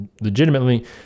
legitimately